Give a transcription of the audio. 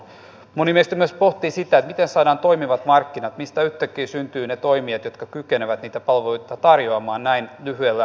moni meistä pohtii myös sitä miten saadaan toimivat markkinat mistä yhtäkkiä syntyvät ne toimijat jotka kykenevät niitä palveluita tarjoamaan näin lyhyellä aikavälillä